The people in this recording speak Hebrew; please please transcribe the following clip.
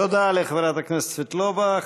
תודה לחברת הכנסת סבטלובה.